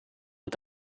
het